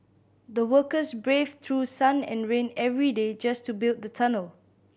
the workers braved through sun and rain every day just to build the tunnel